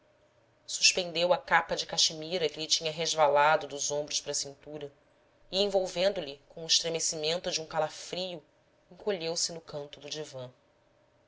suspendeu a capa de caxemira que lhe tinha resvalado dos ombros para a cintura e envolvendo lhe com o estremecimento de um calafrio encolheu se no canto do divã